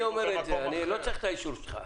אני לא צריך את האישור שלך.